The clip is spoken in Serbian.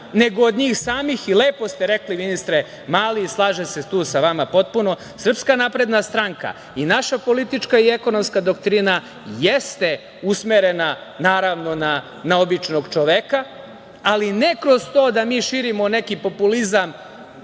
nego od njih samih. Lepo ste rekli, ministre Mali, i slažem se tu sa vama potpuno, SNS i naša politička i ekonomska doktrina jeste usmerena naravno na običnog čoveka, ali ne kroz to da mi širimo neki populizam,